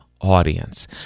audience